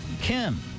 Kim